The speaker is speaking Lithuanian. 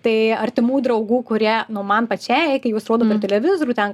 tai artimų draugų kurie nu man pačiai kai juos rodo per televizorių ten